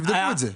תבדקי את זה.